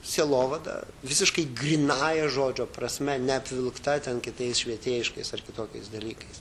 sielovada visiškai grynąja žodžio prasme neapvilkta ten kitais švietėjiškais ar kitokiais dalykais